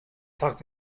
tucked